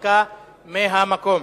הנמקה מהמקום.